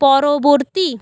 পরবর্তী